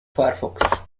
firefox